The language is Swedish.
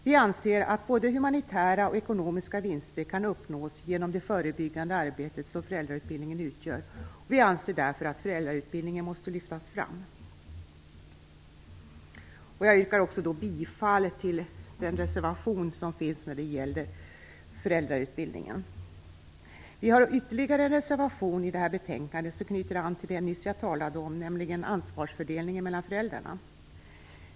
Vi anser att både humanitära och ekonomiska vinster kan uppnås genom det förebyggande arbetet som föräldrautbildningen utgör. Vi anser därför att föräldrautbildningen måste lyftas fram. Jag yrkar bifall till reservationen som behandlar föräldrautbildningen. Folkpartiet har ytterligare en reservation till detta betänkande som knyter an till det jag nyss talade om, nämligen ansvarsfördelningen mellan föräldrarna.